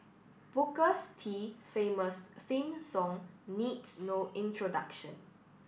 bookers T famous theme song needs no introduction